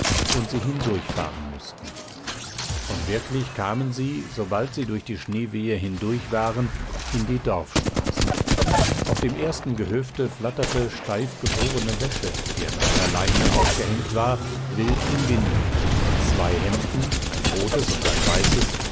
und sie hindurchfahren mußten und wirklich kamen sie sobald sie durch die schneewehe hindurch waren in die dorfstraße auf dem ersten gehöfte flatterte steifgefrorene wäsche die an einer leine aufgehängt war wild im winde zwei hemden ein rotes und ein weißes